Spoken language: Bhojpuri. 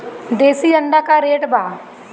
देशी अंडा का रेट बा?